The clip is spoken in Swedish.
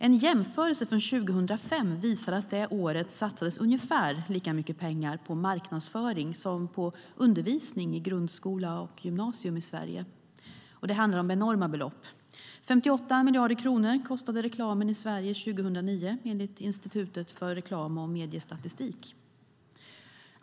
En jämförelse från 2005 visar att det detta år satsades ungefär lika mycket pengar på marknadsföring som på undervisning i grundskola och gymnasium i Sverige. Det handlar om enorma belopp. 58 miljarder kronor kostade reklamen i Sverige 2009, enligt Institutet för Reklam och Mediestatistik.